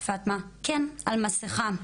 פטמה: כן, על מסיכה.